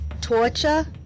torture